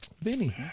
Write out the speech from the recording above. Vinny